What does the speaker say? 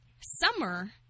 summer